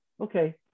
okay